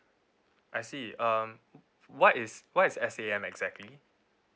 I see um what is what is S_A_M exactly